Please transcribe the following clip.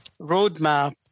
roadmap